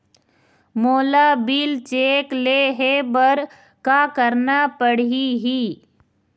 मोला bill check ले हे बर का करना पड़ही ही?